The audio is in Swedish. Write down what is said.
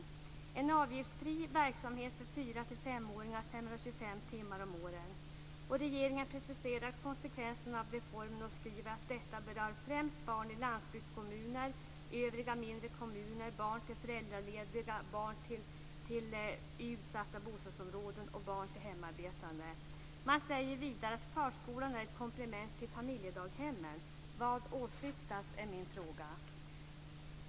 Det är en avgiftsfri verksamhet för fyra och femåringar 525 Regeringen preciserar konsekvensen av reformen och skriver att detta främst berör barn i landsbygdskommuner och övriga mindre kommuner, barn till föräldralediga, barn i utsatta bostadsområden och barn till hemarbetande. Man säger vidare att förskolan är ett komplement till familjedaghemmen. Min fråga är: Vad åsyftas?